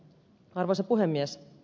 arvoisa puhemies